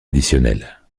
additionnel